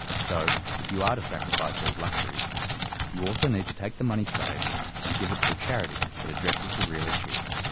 so if you are to sacrifice these luxuries you also need to take the money saved and give it to a charity that addresses the real issues.